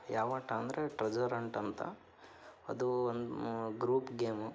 ಯಾವಾಟ ಅಂದರೆ ಟ್ರೆಸರಂಟಂತ ಅದು ವನ್ ಗ್ರೂಪ್ ಗೇಮು